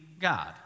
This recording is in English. God